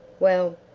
well,